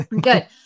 Good